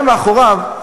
היה מאחוריו,